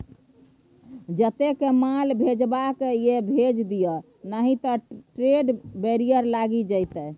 जतेक माल भेजबाक यै भेज दिअ नहि त ट्रेड बैरियर लागि जाएत